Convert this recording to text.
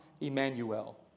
Emmanuel